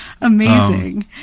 Amazing